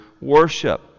worship